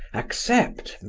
accept, and